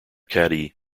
caddy